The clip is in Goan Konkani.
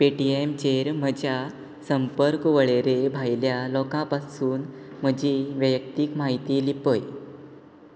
पेटीएमचेर म्हज्या संपर्क वळेरे भायल्या लोकां पासून म्हजी वैयक्तीक म्हायती लिपय